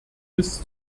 bis